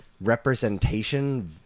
representation